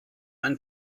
ein